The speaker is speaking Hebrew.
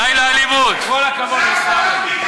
איפה שר התחבורה?